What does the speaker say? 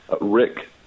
Rick